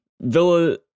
Villa